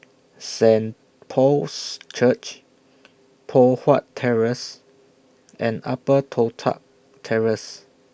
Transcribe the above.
Saint Paul's Church Poh Huat Terrace and Upper Toh Tuck Terrace